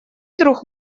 друг